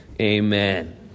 Amen